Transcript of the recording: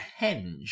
henge